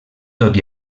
tot